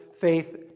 faith